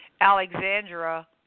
Alexandra